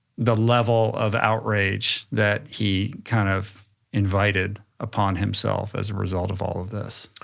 the level of outrage that he kind of invited upon himself as a result of all of this.